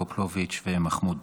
קופלוביץ' ומחמוד